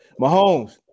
Mahomes